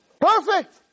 Perfect